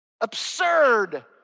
Absurd